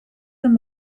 them